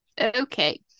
okay